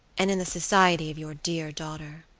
and in the society of your dear daughter.